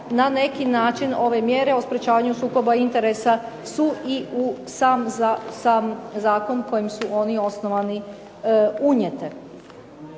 na neki način ove mjere o sprječavanju sukoba interesa su i u sam zakon kojim su oni osnivani unijete.